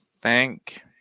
thank